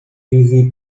wizji